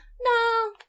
no